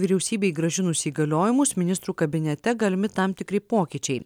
vyriausybei grąžinus įgaliojimus ministrų kabinete galimi tam tikri pokyčiai